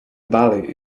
valley